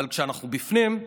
אבל כשאנחנו בפנים,